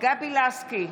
גבי לסקי,